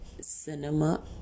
cinema